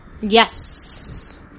Yes